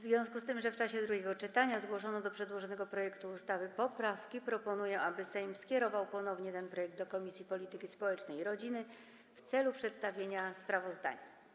związku z tym, że w czasie drugiego czytania zgłoszono do przedłożonego projektu ustawy poprawki, proponuję, aby Sejm ponownie skierował ten projekt do Komisji Polityki Społecznej i Rodziny w celu przedstawienia sprawozdania.